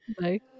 Bye